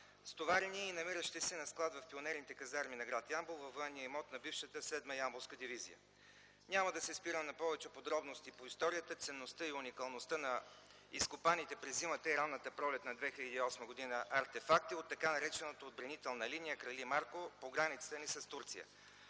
стоварени и намиращи се на склад в Пионерните казарми в гр. Ямбол, във военния имот на бившата Седма ямболска дивизия. Няма да се спирам на повече подробности по историята, ценността и уникалността на изкопаните през зимата и ранната пролет на 2008 г. артефакти от така наречената отбранителна линия „Крали Марко” по границата ни с Турция.